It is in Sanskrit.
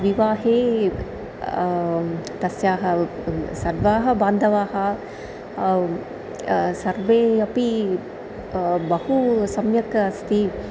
विवाहे तस्याः सर्वाः बान्धवाः सर्वे अपि बहु सम्यक् अस्ति